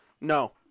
no